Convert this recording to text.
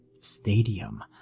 stadium